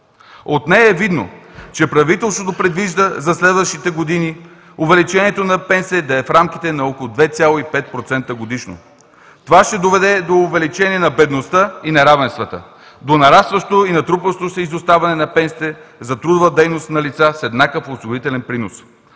От нея е видно, че правителството предвижда за следващите години увеличението на пенсиите да е в рамките на около 2,5% годишно. Това ще доведе до увеличение на бедността и неравенствата, до нарастващо и натрупващо се изоставане на пенсиите за трудова дейност на лица с еднакъв осигурителен принос.